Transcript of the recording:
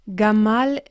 Gamal